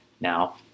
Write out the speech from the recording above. now